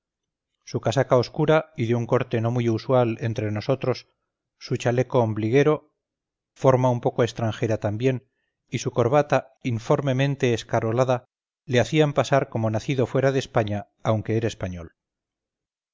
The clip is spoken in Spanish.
su casaca oscura y de un corte no muy usual entre nosotros su chaleco ombliguero forma un poco extranjera también y su corbata informemente escarolada le hacían pasar como nacido fuera de españa aunque era español